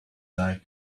like